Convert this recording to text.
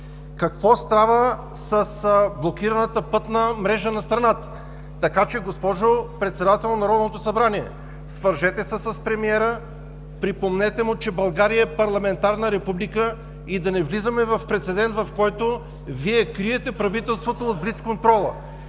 Какво става с блокираната пътна мрежа на страната? Госпожо Председател на Народното събрание, свържете се с Премиера, припомнете му, че България е парламентарна република и да не влизаме в прецедент, в който Вие криете правителството от блицконтрола!